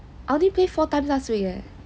I only play four times last week eh